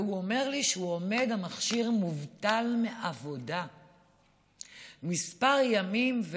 והוא אומר לי שהמכשיר עומד מובטל מעבודה כמה ימים,